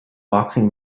boxing